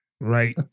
Right